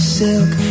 silk